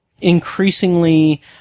increasingly